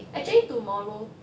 actually tomorrow